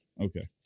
Okay